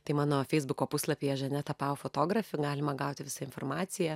tai mano feisbuko puslapyje žaneta pau fotografė galima gauti visą informaciją ir tiesiog